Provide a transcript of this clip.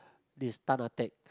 this tan ah teck